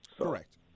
Correct